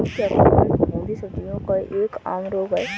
क्या कोमल फफूंदी सब्जियों का एक आम रोग है?